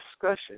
discussion